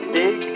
big